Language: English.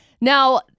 Now